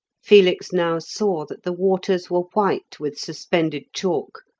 felix now saw that the waters were white with suspended chalk,